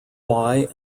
why